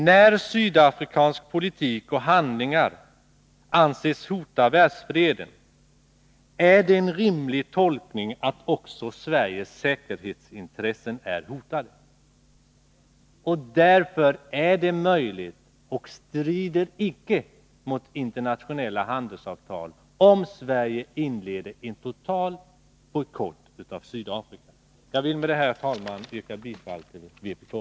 När sydafrikansk politik och sydafrikanska handlingar anses hota världsfreden är det en rimlig tolkning att också Sveriges säkerhetsintressen är hotade. Därför är det möjligt, och strider icke mot internationella handelsavtal, att Sverige inleder en total bojkott mot Sydafrika. Herr talman! Jag vill med detta yrka bifall till vpk-reservationen.